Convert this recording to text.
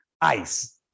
ice